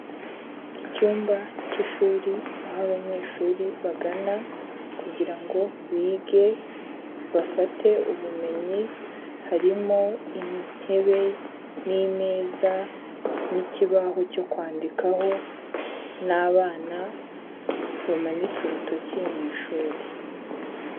Icyumba cy'ishuri aho abanyeshuri bagana kugira ngo bige bafate ubumenyi, harimo intebe n'imeza n'ikibaho cyo kwandikaho n'abana bamanitse urutoki mu ishuri.